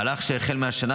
זה מהלך שהחל השנה,